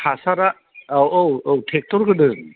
हासारा औ औ औ ट्रेकटर होदों